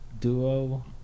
duo